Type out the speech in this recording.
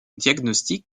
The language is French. diagnostique